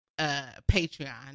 Patreon